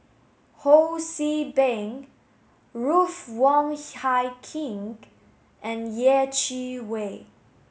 Ho See Beng Ruth Wong Hie King and Yeh Chi Wei